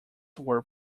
were